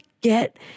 get